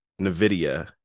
nvidia